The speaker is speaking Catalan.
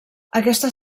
aquesta